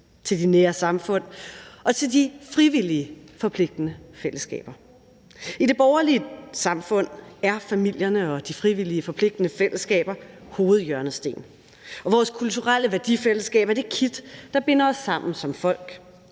til de nære samfund og til de frivillige, forpligtende fællesskaber. I det borgerlige samfund er familierne og de frivillige, forpligtende fællesskaber hovedhjørnesten, og vores kulturelle værdifællesskab er det kit, der binder os sammen som folk.